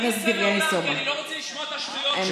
מקבלים סל הטבות ודרכון ישראלי וחוזרים בחזרה.